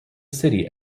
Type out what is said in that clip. city